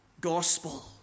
gospel